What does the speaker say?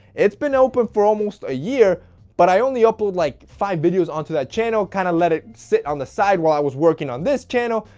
it's been open for almost a year but i only upload like five videos on to that channel, kind of let it sit on the side while i was working on this channel.